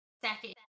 second